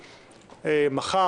מחר,